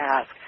ask